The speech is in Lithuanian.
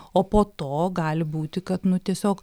o po to gali būti kad nu tiesiog